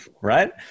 right